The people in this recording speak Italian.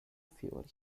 fiori